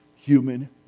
human